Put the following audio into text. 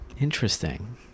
Interesting